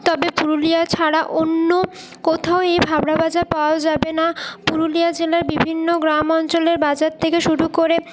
তবে পুরুলিয়া ছাড়া অন্য কোথাও এই ভাভরা ভাজা পাওয়া যাবে না পুরুলিয়া জেলার বিভিন্ন গ্রামাঞ্চলের বাজার থেকে শুরু করে